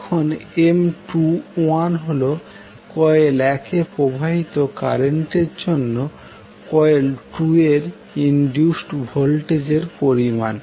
এখনM21হল coil 1এ প্রবাহিত কারেন্টের জন্য কয়েল 2 এর ইনডিউসড ভোল্টেজ এর পরিমান